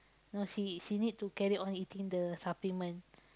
no she she need to carry on eating the supplement